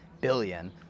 billion